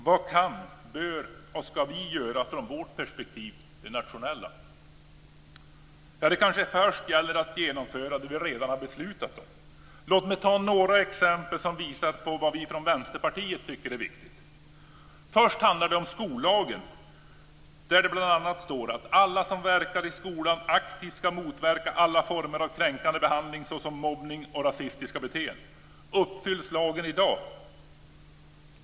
Vad kan, bör och ska vi göra i vårt perspektiv - det nationella? Det gäller kanske först att genomföra det som vi redan har beslutat om. Låt mig ge några exempel som visar vad vi från Vänsterpartiet tycker är viktigt. För det första handlar det om skollagen, där det bl.a. står att alla som verkar i skolan aktivt ska motverka alla former av kränkande behandling såsom mobbning och rasistiska beteenden. Uppfylls lagen i dag?